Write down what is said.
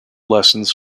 lessons